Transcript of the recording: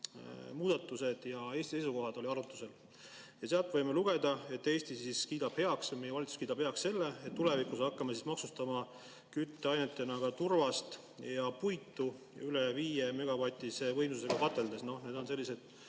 muudatused ja Eesti seisukohad arutusel. Ja sealt võime lugeda, et Eesti kiidab heaks, meie valitsus kiidab heaks selle, et tulevikus hakkame maksustama kütteainetena ka turvast ja puitu üle 5‑megavatise võimsusega kateldes. Need on sellised,